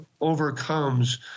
overcomes